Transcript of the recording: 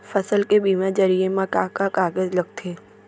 फसल के बीमा जरिए मा का का कागज लगथे?